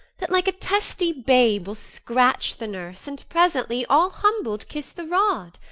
that like a testy babe will scratch the nurse, and presently, all humbled, kiss the rod!